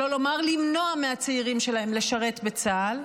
שלא לומר למנוע מהצעירים שלהם לשרת בצה"ל.